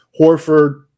Horford